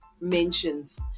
mentions